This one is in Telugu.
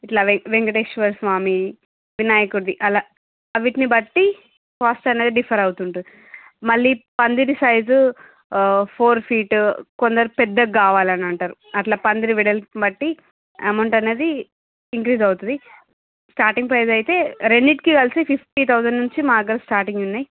ఇలా వే వేంకటేశ్వరస్వామి వినాయకుడిది అలా వీటిని బట్టీ కాస్ట్ అనేది డిఫర్ అవుతూ ఉంటుంది మళ్ళీ పందిరి సైజు ఫోర్ ఫీటు కొందరు పెద్దగా కావాలని అంటారు అలా పందిరి వెడల్పును బట్టి అమౌంటు అనేది ఇంక్రీజ్ అవుతుంది స్టార్టింగ్ ప్రైస్ అయితే రెండింటికి కలిపి ఫిఫ్టీ థౌజండ్ నుంచి మా దగ్గర స్టార్టింగ్ ఉన్నాయి